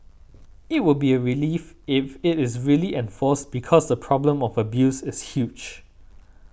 it will be a relief if it is really enforced because the problem of abuse is huge